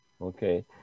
Okay